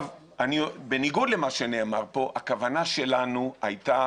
בניגוד למה שנאמר פה הכוונה שלנו הייתה